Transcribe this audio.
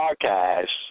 Archives